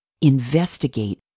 Investigate